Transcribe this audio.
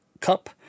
Cup